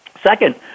Second